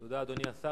תודה, אדוני השר.